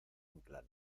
inclán